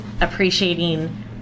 appreciating